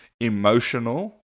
emotional